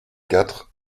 quatre